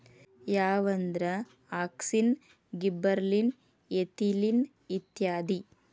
ಯಾವಂದ್ರ auxin, gibberellin, ethylene ಇತ್ಯಾದಿ